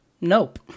Nope